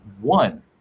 one